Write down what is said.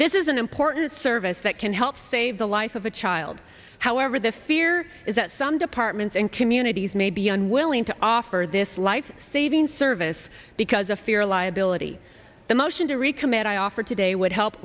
this is an important service that can help save the life of a child however the fear is that some departments and communities may be unwilling to offer this lifesaving service because of fear liability the motion to recommit i offer today would help